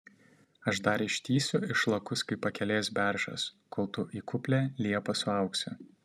aš dar ištįsiu išlakus kaip pakelės beržas kol tu į kuplią liepą suaugsi